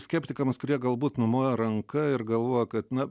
skeptikams kurie galbūt numojo ranka ir galvoja kad na